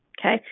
okay